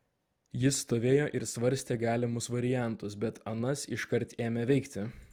jis stovėjo ir svarstė galimus variantus bet anas iškart ėmė veikti